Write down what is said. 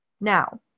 Now